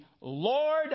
Lord